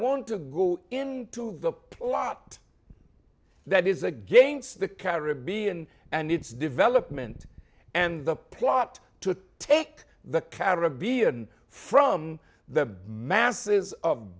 want to go into the plot that is against the caribbean and it's development and the plot to take the caribbean from the masses of